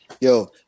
yo